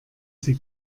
sie